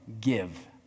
give